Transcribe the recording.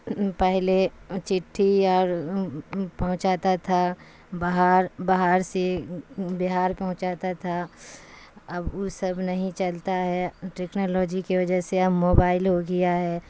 پہلے چٹھی اور پہنچاتا تھا باہر باہر سے بہار پہنچاتا تھا اب وہ سب نہیں چلتا ہے ٹیکنالوجی کے وجہ سے اب موبائل ہو گیا ہے